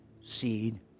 seed